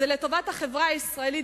וזה לטובת החברה הישראלית,